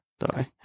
Sorry